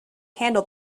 handle